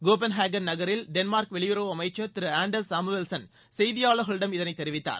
Copenhagen நகரில் Denmark வெளியுறவு அமைச்ச் திரு ஆன்டா்ஸ் சாமுவேல்சென் செய்தியாளர்களிடம் இதனை தெரிவித்தார்